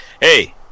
hey